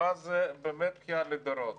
ואז באמת בכייה לדורות.